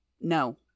No